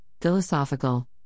philosophical